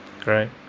Great